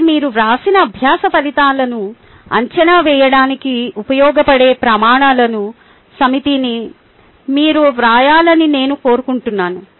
కాబట్టి మీరు వ్రాసిన అభ్యాస ఫలితాలను అంచనా వేయడానికి ఉపయోగపడే ప్రమాణాల సమితిని మీరు వ్రాయాలని నేను కోరుకుంటున్నాను